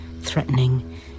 threatening